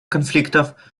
конфликтов